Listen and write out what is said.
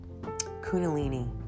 Kundalini